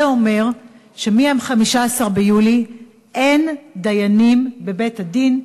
זה אומר שמ-15 ביולי אין דיינים בבית-הדין,